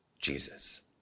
Jesus